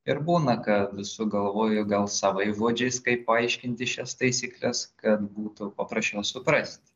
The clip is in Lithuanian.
ir būna kad sugalvoju gal savais žodžiais kaip paaiškinti šias taisykles kad būtų paprasčiau suprasti